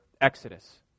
Exodus